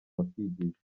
bakigishwa